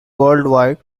worldwide